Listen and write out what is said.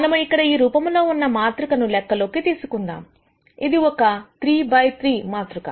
మనము ఇక్కడ ఈ రూపంలో ఉన్న మాతృక ను లెక్కలోకి తీసుకుందాం ఇది ఒక 3 బై 3 మాతృక